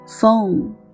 phone